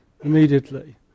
immediately